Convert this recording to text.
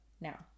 Now